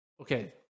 Okay